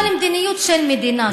אבל זו מדיניות של מדינה.